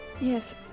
Yes